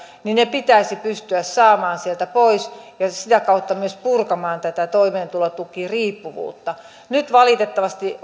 ne pitäisi pystyä saamaan sieltä pois ja sitä kautta myös purkamaan tätä toimeentulotukiriippuvuutta nyt valitettavasti